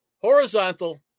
horizontal